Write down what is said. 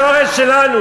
זה השורש של העם היהודי,